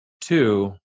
two